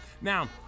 Now